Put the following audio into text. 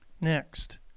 Next